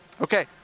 Okay